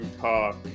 Talk